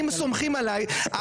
אם סומכים עליי,